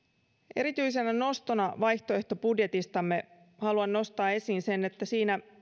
erityisenä nostona vaihtoehtobudjetistamme haluan nostaa esiin sen että siinä